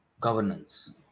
governance